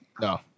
No